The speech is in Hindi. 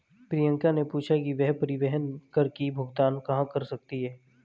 प्रियंका ने पूछा कि वह परिवहन कर की भुगतान कहाँ कर सकती है?